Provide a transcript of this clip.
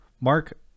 mark